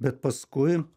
bet paskui